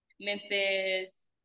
Memphis